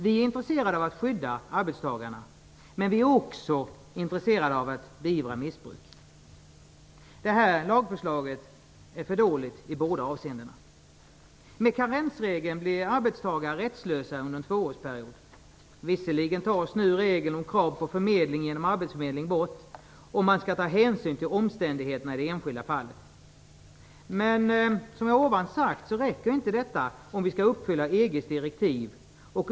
Vi är intresserade av att skydda arbetstagarna, men vi är också intresserade av att beivra missbruk. Det framlagda lagförslaget är för dåligt i båda avseendena. Genom karensregeln blir arbetstagare rättslösa under en tvåårsperiod. Visserligen tas nu regeln om krav på förmedling genom arbetsförmedling bort, och man skall ta hänsyn till omständigheterna i det enskilda fallet, men, som jag tidigare sagt, detta räcker inte, om vi skall uppfylla EG:s direktiv.